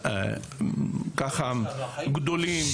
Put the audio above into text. גדולים,